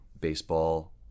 baseball